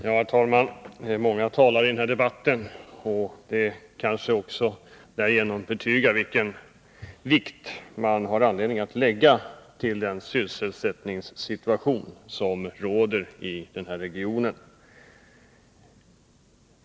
Herr talman! Det är många talare i den här debatten. Det kanske visar vilken vikt man har anledning att tillmäta sysselsättningsproblemen här i regionen.